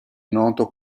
noto